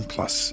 Plus